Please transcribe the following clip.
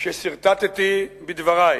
שסרטטתי בדברי.